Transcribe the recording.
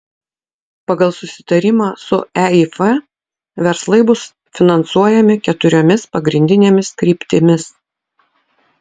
pagal susitarimą su eif verslai bus finansuojami keturiomis pagrindinėmis kryptimis